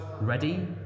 Ready